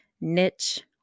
niche